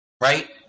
right